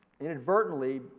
inadvertently